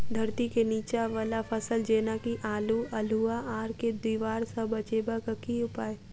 धरती केँ नीचा वला फसल जेना की आलु, अल्हुआ आर केँ दीवार सऽ बचेबाक की उपाय?